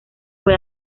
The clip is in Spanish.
fue